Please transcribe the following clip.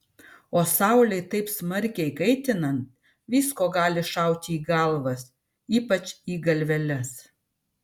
o saulei taip smarkiai kaitinant visko gali šauti į galvas ypač į galveles